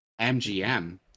MGM